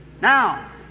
Now